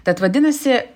tad vadinasi